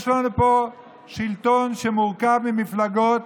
יש לנו פה שלטון שמורכב ממפלגות